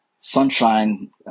sunshine